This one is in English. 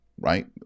right